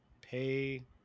pay